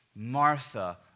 Martha